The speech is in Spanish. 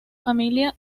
familia